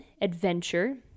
adventure